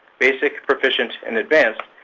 basic, proficient, and advanced,